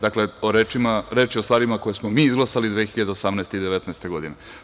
Dakle, reč je o stvarima koje smo mi izglasali 2018. i 2019. godine.